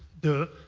the